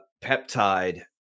peptide